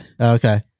Okay